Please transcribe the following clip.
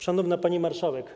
Szanowna Pani Marszałek!